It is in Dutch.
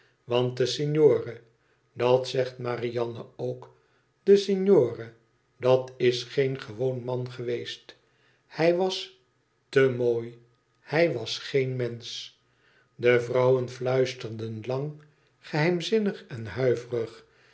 want de signore dat zegt marianna ook de signore dat is geen gewoon man geweest hij was te mooi hij was geen mensch de vrouwen fluisterden lang geheimzinnig en